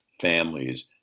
families